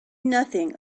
nothing